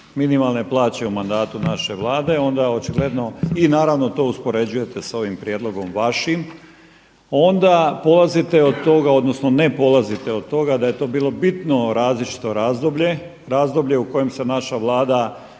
minimalne plaće u mandatu naše vlade, onda je očigledno i naravno to uspoređujete s ovim prijedlogom vašim onda polazite od toga odnosno ne polazite od toga da je to bilo bitno različito razdoblje, razdoblje u kojem se naša vlada